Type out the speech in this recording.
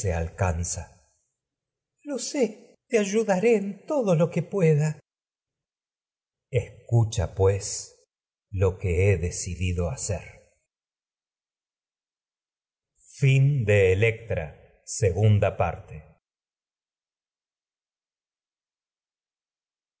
crisótemis lo sé te ayudaré en todo lo que pueda electra bien escucha no nos pues lo que he decidido hacer